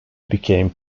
became